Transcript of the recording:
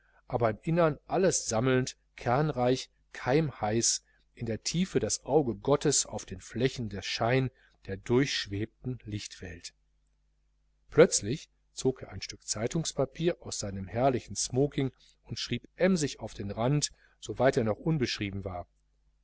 aber im innern alles sammelnd kernreich keimheiß in der tiefe das auge gottes auf den flächen der schein der durchschwebten lichtwelt plötzlich zog er ein stück zeitungspapier aus seinem herrlichen smoking und schrieb emsig auf den rand so weit er noch unbeschrieben war